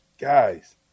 Guys